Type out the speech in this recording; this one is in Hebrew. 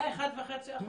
רק 1.5%?